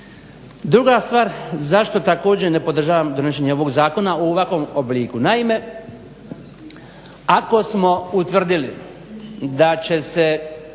Druga stvar zašto također ne podržavam donošenje ovog zakona u ovakvom obliku. Naime, ako smo utvrdili da će se